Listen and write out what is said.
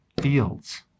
fields